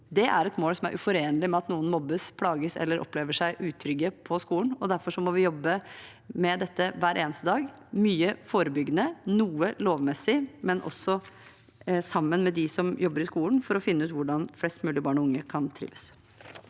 Det er et mål som er uforenlig med at noen mobbes, plages eller opplever seg utrygge på skolen, og derfor må vi jobbe med dette hver eneste dag – mye forebyggende, noe lovmessig, men også sammen med dem som jobber i skolen – for å finne ut hvordan flest mulig barn og unge kan trives.